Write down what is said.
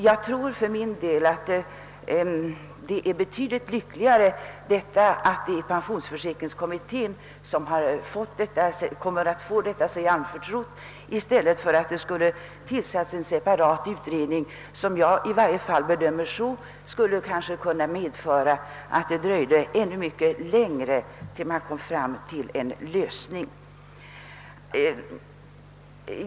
Jag tror för min del att det är betydligt lyckligare att pensionsförsiäkringskommittén kommer att få detta sig anförtrott än att en separat utredning skulle tillsättas vilket skulle kunna medföra ännu längre dröjsmål med en lösning av frågorna.